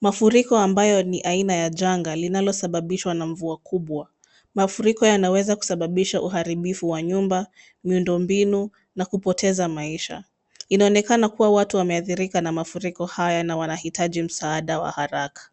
Mafuriko ambayo ni aina ya janga linalosababishwa na mvua kubwa ,mafuriko yanaweza kusababisha uharibifu wa nyumba ,miundo mbinu na kupoteza maisha inaonekana kuwa watu wameadhirika na mafuriko haya na wanahitaji msaanda wa haraka.